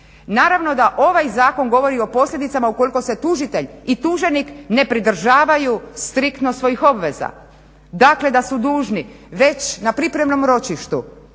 Naravno da ovaj zakon govori o posljedicama ukoliko se tužitelj i tuženik ne pridržavaju striktno svojih obveza. Dakle da su dužni već na pripremnom ročištu